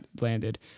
landed